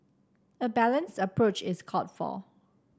a balanced approach is called for